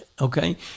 Okay